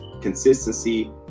consistency